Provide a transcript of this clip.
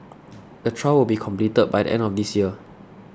the trial will be completed by the end of this year